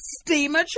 steamer